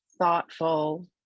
thoughtful